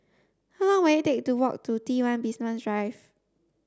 how long will it take to walk to T one Basement Drive